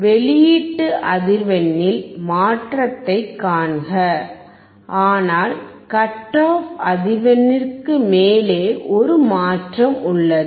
வெளியீட்டு அதிர்வெண்ணில் மாற்றத்தைக் காண்க ஆனால் கட் ஆஃப் அதிர்வெண்ணிற்கு மேலே ஒரு மாற்றம் உள்ளது